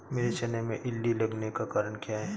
मेरे चने में इल्ली लगने का कारण क्या है?